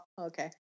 Okay